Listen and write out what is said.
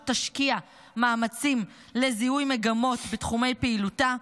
תשקיע מאמצים לזיהוי מגמות בתחומי פעילותה,